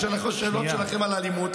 היו שאלות שלכם על אלימות,